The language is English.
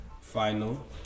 final